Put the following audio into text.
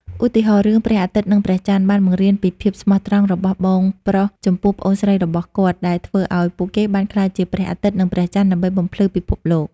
ឧទាហរណ៍ រឿង ព្រះអាទិត្យនិងព្រះចន្ទបានបង្រៀនពីភាពស្មោះត្រង់របស់បងប្រុសចំពោះប្អូនស្រីរបស់គាត់ ដែលធ្វើឲ្យពួកគេបានក្លាយជាព្រះអាទិត្យនិងព្រះចន្ទដើម្បីបំភ្លឺពិភពលោក។